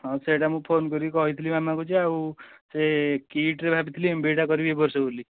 ହଁ ସେଟା ମୁଁ ଫୋନ୍ କରିକି କହିଥିଲି ମାମାକୁ ଯେ ଆଉ ସେ କିଟ୍ରେ ଭାବିଥିଲି ଏମ୍ବିଏଟା କରିବି ଏ ବର୍ଷ ବୋଲି